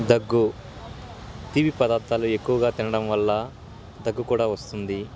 దగ్గు తీపి పదార్థాలు ఎక్కువగా తినడం వల్ల దగ్గు కూడా వస్తుంది